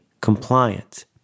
compliance